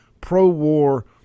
pro-war